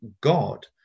God